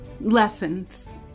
lessons